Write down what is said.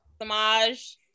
Samaj